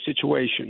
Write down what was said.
situation